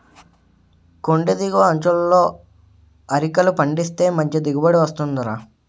కొండి దిగువ అంచులలో అరికలు పండిస్తే మంచి దిగుబడి వస్తుందిరా